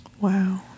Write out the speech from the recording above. Wow